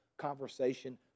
conversation